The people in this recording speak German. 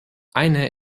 eine